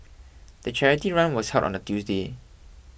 the charity run was held on a Tuesday